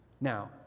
Now